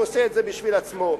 הוא עושה את זה בשביל עצמו,